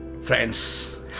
Friends